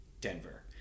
Denver